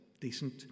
decent